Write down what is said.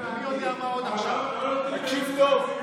תקשיב טוב,